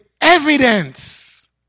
evidence